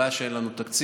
הבעיה היא שאין לנו תקציב,